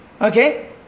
Okay